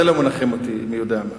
זה לא מנחם אותי מי יודע מה.